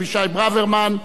אבישי ברוורמן,